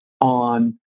on